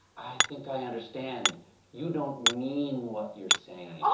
i think i understand you don't mean what you're saying. and ah